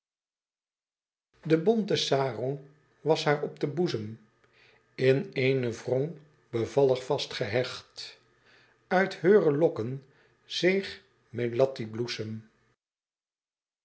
de bonte sarong was haar op den boezem in eene wrong bevalhg vastgehecht uit heure lokken zeeg melatti bloesem